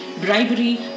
bribery